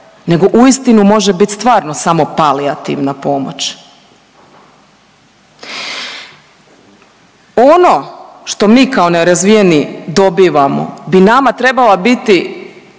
nego uistinu može biti stvarno samo palijativna pomoć. Ono što mi kao nerazvijeni dobivamo bi nama trebala biti,